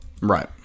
Right